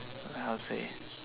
like how to say